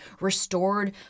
restored